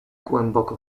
głęboko